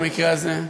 במקרה הזה,